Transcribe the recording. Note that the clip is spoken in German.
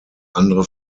andere